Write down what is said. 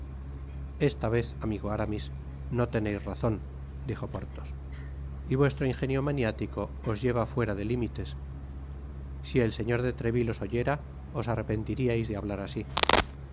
esta vez amigo aramis no teneis razon dijo porthos y vuestro ingenio maniático os lleva fuera de limites si el señor de treville os oyera os arrepentiriais de hablar asi